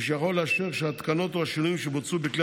ושיכול לאשר שההתקנות או השינויים שבוצעו בכלי